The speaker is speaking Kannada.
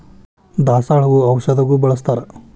ದಾಸಾಳ ಹೂ ಔಷಧಗು ಬಳ್ಸತಾರ